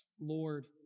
Lord